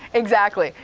exactly.